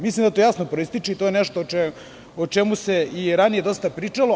Mislim da to jasno proističe i da je to nešto o čemu se i ranije pričalo.